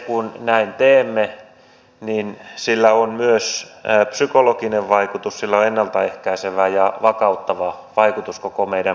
kun näin teemme niin sillä on myös psykologinen vaikutus sillä on ennalta ehkäisevä ja vakauttava vaikutus koko meidän puolustusjärjestelmäämme